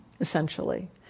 essentially